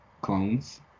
clones